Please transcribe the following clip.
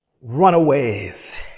runaways